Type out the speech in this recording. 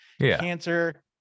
cancer